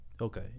okay